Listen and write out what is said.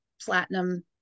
platinum